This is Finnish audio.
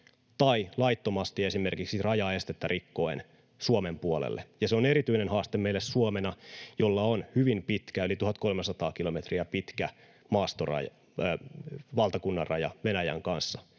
tai laittomasti esimerkiksi rajaestettä rikkoen Suomen puolelle. Se on erityinen haaste meille Suomena, jolla on hyvin pitkä, yli 1 300 kilometriä pitkä valtakunnanraja Venäjän kanssa,